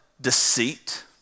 deceit